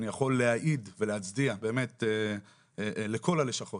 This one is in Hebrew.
אני יכול להעיד ולהצדיע באמת לכל הלשכות